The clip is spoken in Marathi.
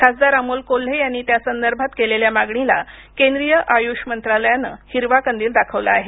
खासदार अमोल कोल्हे यांनी त्यासंदर्भात केलेल्या मागणीला केंद्रीय आयुष मंत्रालयानं हिरवा कंदील दाखवला आहे